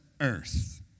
earth